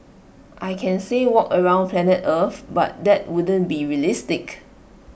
I can say walk around planet earth but that wouldn't be realistic